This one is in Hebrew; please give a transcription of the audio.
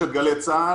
יש את גלי צה"ל,